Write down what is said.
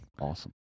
Awesome